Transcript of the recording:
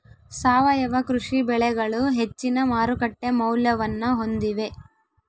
ಸಾವಯವ ಕೃಷಿ ಬೆಳೆಗಳು ಹೆಚ್ಚಿನ ಮಾರುಕಟ್ಟೆ ಮೌಲ್ಯವನ್ನ ಹೊಂದಿವೆ